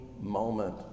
moment